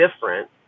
different